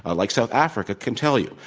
ah like south africa can tell you.